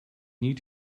need